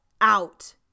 out